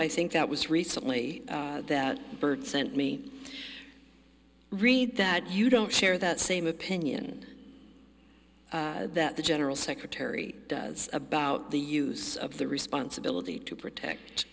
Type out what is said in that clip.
i think that was recently that bird sent me read that you don't share that same opinion that the general secretary does about the use of the responsibility to protect